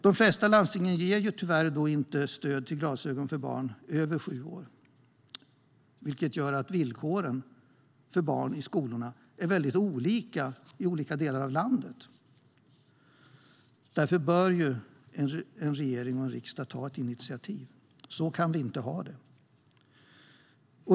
De flesta landsting ger tyvärr inte stöd till glasögon för barn över sju år, vilket gör att villkoren för skolbarn är olika i olika delar av landet. Så kan vi inte ha det. Därför bör en regering och en riksdag ta ett initiativ.